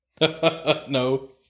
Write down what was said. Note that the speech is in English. No